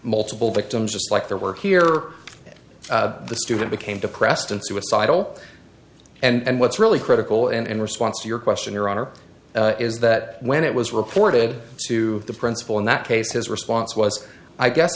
multiple victims just like there were here the student became depressed and suicidal and what's really critical and in response to your question your honor is that when it was reported to the principal in that case his response was i guess